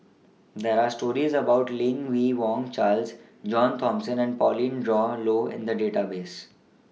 There Are stories about Lim Yi Yong Charles John Thomson and Pauline Dawn Loh in The Database